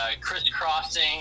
crisscrossing